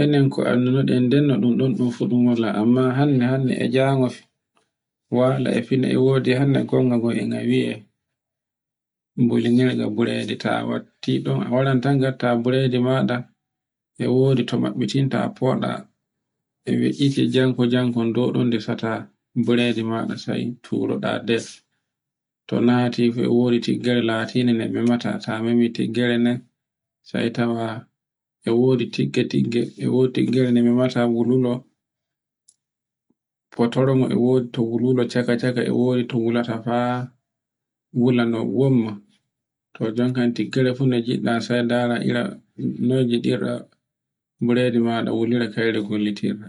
Enen ko annduɗen den no ɗun ɗon ɗun fu ɗun wala amma hande hande e jango wala e fina e wodi hande gonga gon e nga wiye. Bullinirga buredi ta wattiɗon a waran ta gatta buredi maɗa e wodi to mabbitinta foɗa, e we'ite jam ko jam kon joɗo ndesata buredi maɗa sai turoɗa nder, to nati fu a wodi tiggare latinde be memata, ta memi tiggare, sai tawa e wodi tigga-tigga, e wodi tiggire nde memata wulwulo, fotorngo e wodi to wulwulo caka-caka e wowi e wodi to wulata fa wulano wonma. to joe kan tiggare fu no giɗɗa fu sai ndara ira noyngiɗirɗa buredi maɗa wulure kayre gollitirta.